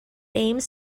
aims